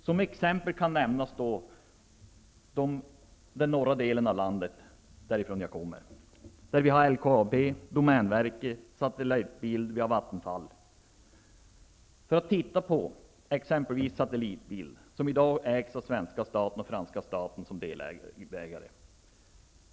Som exempel kan nämnas den norra delen av landet, därifrån jag kommer, där vi har LKAB, Domänverket, Satellitbild och Vattenfall. Titta exempelvis på Satellitbild, som i dag ägs av svenska staten med franska staten som delägare.